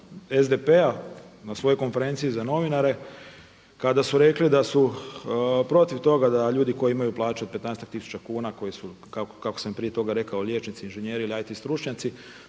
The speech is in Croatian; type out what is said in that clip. SDP-a na svojoj konferenciji za novinare kada su rekli da su protiv toga da ljudi koji imaju plaće od 15-ak tisuće kuna koji su kako sam prije toga rekao liječnici, inženjeri ili IT stručnjaci